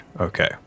Okay